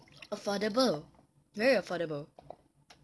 affordable very affordable